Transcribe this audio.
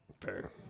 Fair